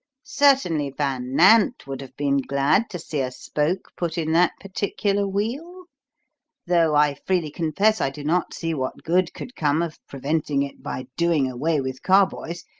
certainly, van nant would have been glad to see a spoke put in that particular wheel though i freely confess i do not see what good could come of preventing it by doing away with carboys,